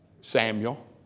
Samuel